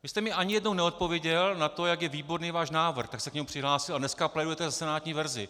Vy jste mi ani jednou neodpověděl na to, jak je výborný váš návrh, tak jste se k němu přihlásil a dneska plédujete za senátní verzi.